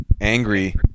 angry